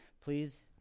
please